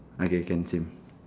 okay can same